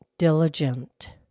Diligent